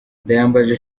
ndayambaje